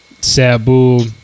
Sabu